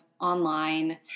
online